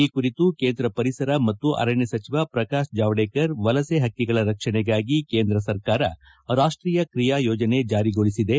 ಈ ಕುರಿತು ಕೇಂದ್ರ ಪರಿಸರ ಮತ್ತು ಅರಣ್ಯ ಸಚಿವ ಪ್ರಕಾಶ್ ಜಾವ್ಹೇಕರ್ ವಲಸೆ ಪಕ್ಕಿಗಳ ರಕ್ಷಣೆಗಾಗಿ ಕೇಂದ್ರ ಸರ್ಕಾರ ರಾಷ್ಟೀಯ ಕ್ರೀಯಾ ಯೋಜನೆ ಜಾರಿಗೊಳಿಸಿದೆ